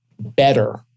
better